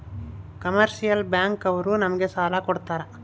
commercial bank ಅವ್ರು ನಮ್ಗೆ ಸಾಲ ಕೊಡ್ತಾರ